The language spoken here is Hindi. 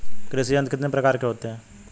कृषि यंत्र कितने प्रकार के होते हैं?